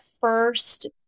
first